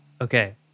Okay